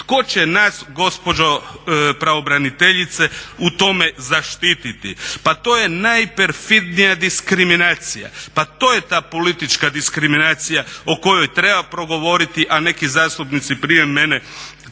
Tko će nas gospođo pravobraniteljice u tome zaštititi? Pa to je najperfidnija diskriminacija. Pa to je ta politička diskriminacija o kojoj treba progovoriti, a neki zastupnici prije mene